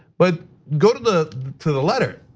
but go to the to the letter.